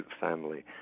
family